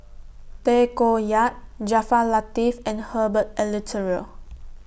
Tay Koh Yat Jaafar Latiff and Herbert Eleuterio